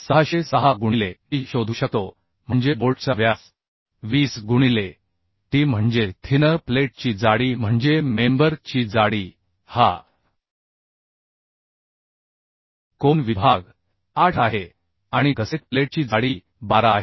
606 गुणिले d शोधू शकतो म्हणजे बोल्टचा व्यास 20 गुणिले T म्हणजे थिनर प्लेटची जाडी म्हणजे मेंबर ची जाडी हा कोन विभाग 8 आहे आणि गसेट प्लेटची जाडी 12 आहे